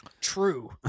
true